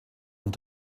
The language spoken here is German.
und